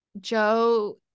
joe